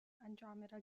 andromeda